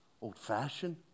old-fashioned